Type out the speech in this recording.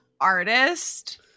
artist